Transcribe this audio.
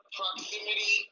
proximity